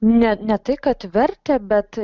ne ne tai kad vertę bet